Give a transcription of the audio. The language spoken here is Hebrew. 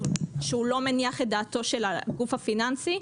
שהוא לא מניח את דעתו של הגוף הפיננסי,